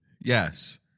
Yes